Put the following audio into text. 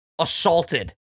assaulted